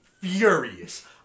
furious